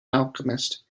alchemist